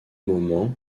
moment